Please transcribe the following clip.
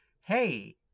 hey